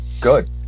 Good